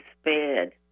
spared